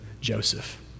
Joseph